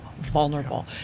vulnerable